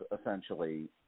essentially